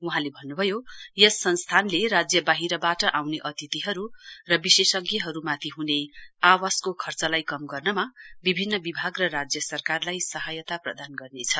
वहाँले भन्नभयो यस संस्थानले राज्य बाहिरबाट आउने अतिथिहरु र विशेषज्ञहरुमाथि आवासको खर्चलाई कम गर्नमा विभिन्न विभाग र राज्य सरकारलाई सहायता प्रदान गर्नेछ